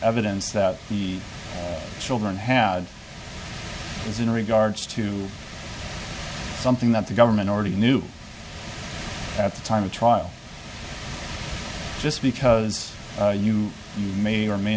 evidence that the children have is in regards to something that the government already knew at the time of trial just because you may or may